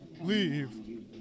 Leave